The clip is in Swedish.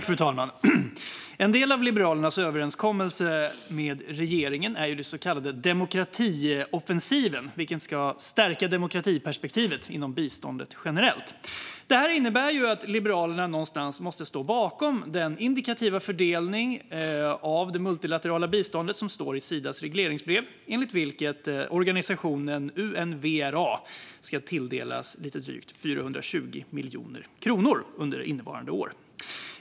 Fru talman! En del av Liberalernas överenskommelse med regeringen är den så kallade demokratioffensiven, vilken ska stärka demokratiperspektivet inom biståndet generellt. Det här innebär att Liberalerna någonstans måste stå bakom den indikativa fördelning av det multilaterala biståndet som står i Sidas regleringsbrev, enligt vilket organisationen Unrwa ska tilldelas lite drygt 420 miljoner kronor under innevarande år.